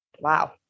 Wow